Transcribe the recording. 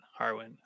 Harwin